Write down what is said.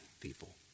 people